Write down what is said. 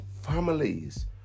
Families